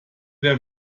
der